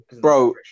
Bro